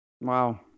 Wow